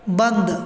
बन्द